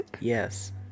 yes